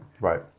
Right